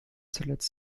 zuletzt